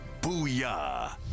Booyah